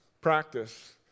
practice